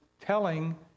telling